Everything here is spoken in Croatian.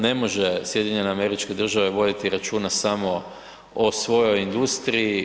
Ne može SAD voditi računa samo o svojoj industriji.